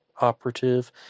operative